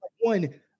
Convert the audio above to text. one